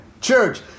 church